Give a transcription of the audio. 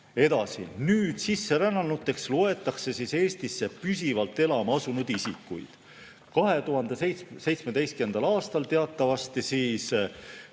Edasi: sisserännanuteks loetakse Eestisse püsivalt elama asunud isikuid. 2017. aastal teatavasti